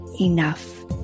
enough